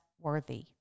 worthy